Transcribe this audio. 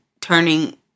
turning